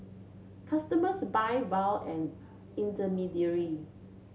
customers buy vow an intermediary